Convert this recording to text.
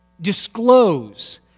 disclose